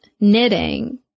knitting